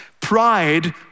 pride